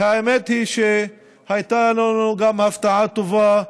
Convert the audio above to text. והאמת היא שהייתה לנו גם הפתעה טובה,